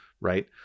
right